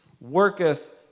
worketh